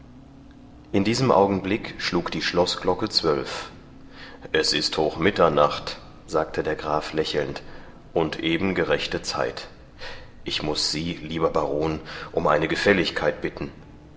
in diesem augenblick schlug die schloßglocke zwölf es ist hoch mitternacht sagte der graf lächelnd und eben gerechte zeit ich muß sie lieber baron um eine gefälligkeit bitten